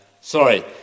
Sorry